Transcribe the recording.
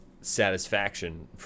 satisfaction